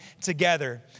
together